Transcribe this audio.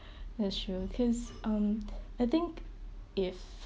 ya sure because um I think if